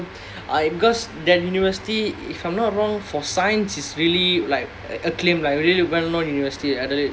ya so I because that university if I'm not wrong for science is really like acclaimed like a really well known university adelaide